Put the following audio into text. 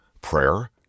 prayer